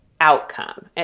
outcome